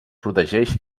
protegeix